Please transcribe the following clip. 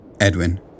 Edwin